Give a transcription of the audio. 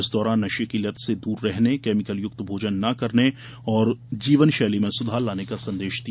इस दौरान नशे की लत से दूर रहने केमिकलयुक्त भोजन न करने और जीवनशैली में सुधार लाने का संदेश दिया